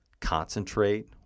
Concentrate